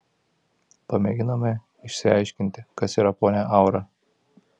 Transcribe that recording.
pamėginome išsiaiškinti kas yra ponia aura